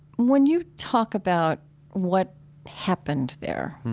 when you talk about what happened there,